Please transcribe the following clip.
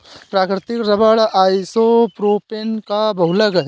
प्राकृतिक rubber isopropene का बहुलक है